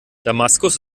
damaskus